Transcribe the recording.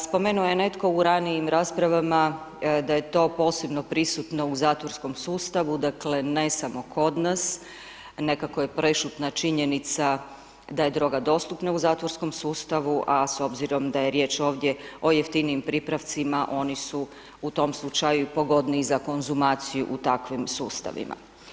Spomenuo je netko u ranijim raspravama da je to posebno prisutno u zatvorskom sustavu, dakle ne samo kod nas, nekako je prešutna činjenica da je droga dostupna u zatvorskom sustavu a s obzirom da je riječ ovdje o jeftinijim pripravcima, oni su u tom slučaju pogodniji za konzumaciju u takvim sustavima.